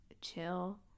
chill